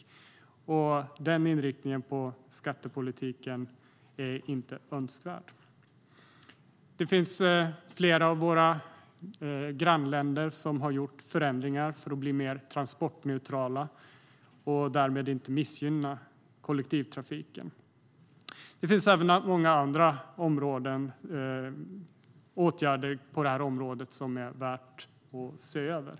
Den inriktningen på skattepolitiken är inte önskvärd. Flera av våra grannländer har gjort förändringar för att bli mer transportneutrala och därmed inte missgynna kollektivtrafiken. Det finns många andra åtgärder på det här området som det är värt att se över.